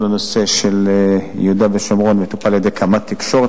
כל הנושא של יהודה ושומרון מטופל על-ידי קמ"ט תקשורת,